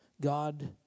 god